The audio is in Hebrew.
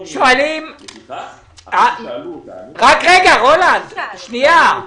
רק רגע רולנד, שנייה.